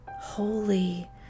holy